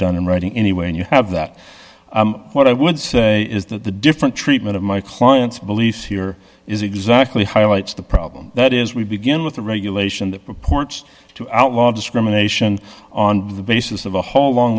done in writing anyway and you have that what i would say is that the different treatment of my client's beliefs here is exactly highlights the problem that is we begin with a regulation that purports to outlaw discrimination on the basis of a whole long